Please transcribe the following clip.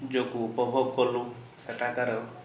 ଯୋଗୁଁ ଉପଭୋଗ କଲୁ ସେଠାକାର